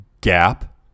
gap